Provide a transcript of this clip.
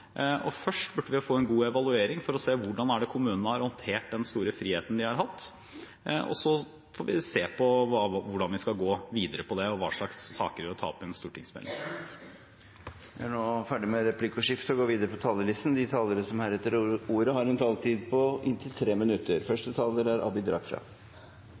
Først burde vi få en god evaluering for å se hvordan kommunene har håndtert den store friheten de har hatt, og så får vi se på hvordan vi skal gå videre med det, og hvilke saker vi skal ta opp i en stortingsmelding. Replikkordskiftet er avsluttet. De talere som heretter får ordet, har en taletid på inntil 3 minutter.